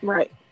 Right